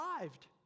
arrived